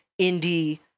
indie